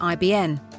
IBN